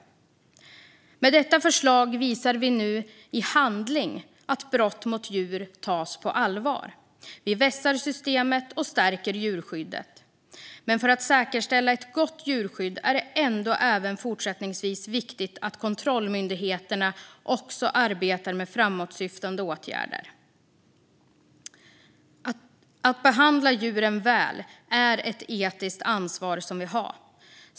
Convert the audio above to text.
Med detta förslag visar vi nu i handling att brott mot djur tas på allvar. Vi vässar systemet och stärker djurskyddet. Men för att säkerställa ett gott djurskydd är det även fortsättningsvis viktigt att kontrollmyndigheterna också arbetar med framåtsyftande åtgärder. Att behandla djuren väl är ett etiskt ansvar som vi har.